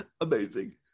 amazing